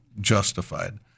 justified